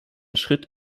schritt